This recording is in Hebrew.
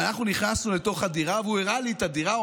ואנחנו נכנסנו לתוך הדירה, והוא הראה לי את הדירה.